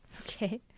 okay